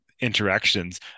interactions